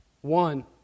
One